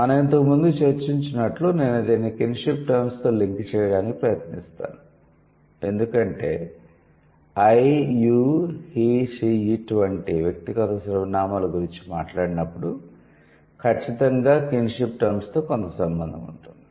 మనం ఇంతకు ముందు చర్చించినట్లు నేను దీనిని కిన్షిప్ టర్మ్స్ తో లింక్ చేయడానికి ప్రయత్నిస్తాను ఎందుకంటే 'I you he she it' I you he she it వంటి వ్యక్తిగత సర్వనామాలు గురించి మాట్లాడినప్పుడు ఖచ్చితంగా కిన్షిప్ టర్మ్స్ తో కొంత సంబంధం ఉంటుంది